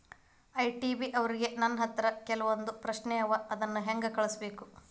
ITD ಅವ್ರಿಗೆ ನನ್ ಹತ್ರ ಕೆಲ್ವೊಂದ್ ಪ್ರಶ್ನೆ ಅವ ಅದನ್ನ ಹೆಂಗ್ ಕಳ್ಸ್ಬೇಕ್?